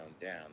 down